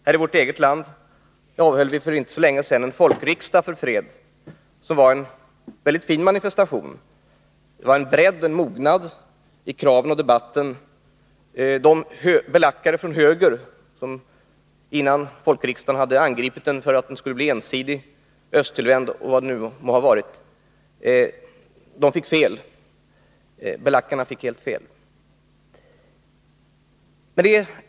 Här i vårt eget land avhöll vi för inte så länge sedan en folkriksdag för fred som var en väldigt fin manifestation. Det var mognad och nyansering i kraven och debatten. De belackare från höger som före folkriksdagen hade angripit den för att den skulle bli ensidig, östtillvänd och vad det nu må ha varit fick helt fel.